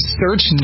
search